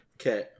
Okay